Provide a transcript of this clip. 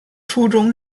初中